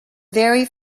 very